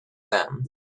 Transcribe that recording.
them